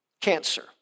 cancer